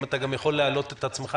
אם אתה גם יכול להעלות את עצמך,